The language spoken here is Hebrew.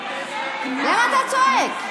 למה אתה צועק?